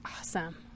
awesome